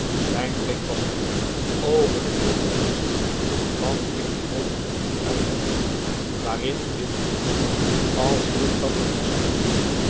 zijn blik was gegaan over den weelderigen schat van in een groote wrong gedraaid hoofdhaar waarin n wit bloempje stak als hield dat die massa bijeen